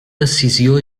decisió